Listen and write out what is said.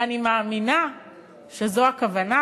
ואני מאמינה שזו הכוונה,